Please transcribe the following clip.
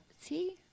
See